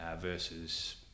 versus